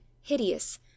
hideous